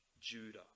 Judah